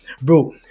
Bro